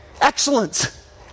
Excellence